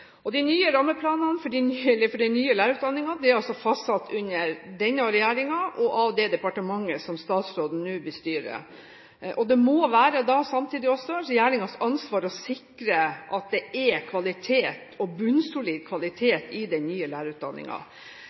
De nye rammeplanene for den nye lærerutdanningen er fastsatt under denne regjeringen og av det departementet som statsråden nå bestyrer. Det må da samtidig være regjeringens ansvar å sikre at det er kvalitet – bunnsolid kvalitet – i den nye